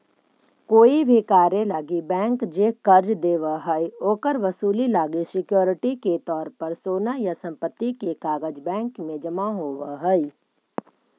कोई भी कार्य लागी बैंक जे कर्ज देव हइ, ओकर वसूली लागी सिक्योरिटी के तौर पर सोना या संपत्ति के कागज़ बैंक में जमा होव हइ